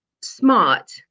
smart